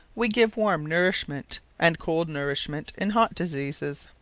we give warme nourishment and cold nourishment, in hot diseases.